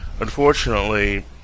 unfortunately